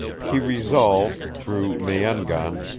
he resolved, through me-en-gan,